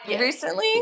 recently